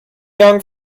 young